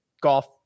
golf